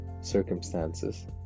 circumstances